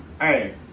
Hey